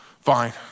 Fine